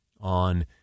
on